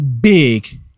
big